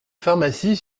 pharmacies